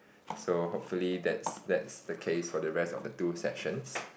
so hopefully that's that's the case for the rest of the two sessions